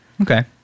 Okay